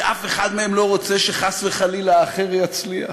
שאף אחד מהם לא רוצה שחס וחלילה האחר יצליח,